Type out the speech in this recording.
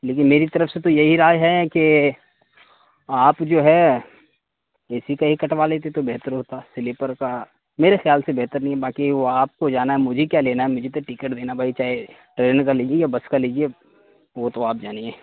لیکن میری طرف سے تو یہی رائے ہے کہ آپ جو ہے اے سی کا ہی کٹوا لیتے تو بہتر ہوتا سلیپر کا میرے خیال سے بہتر نہیں باقی وہ آپ کو جانا ہے مجھے کیا لینا ہے مجھے تو ٹکٹ دینا بھائی چاہے ٹرین کا لیجیے بس کا لیجیے وہ تو آپ جانیے